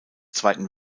zweiten